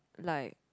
like